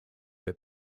that